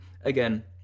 again